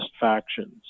factions